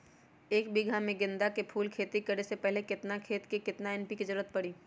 एक बीघा में गेंदा फूल के खेती करे से पहले केतना खेत में केतना एन.पी.के के जरूरत परी?